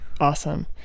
awesome